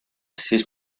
siis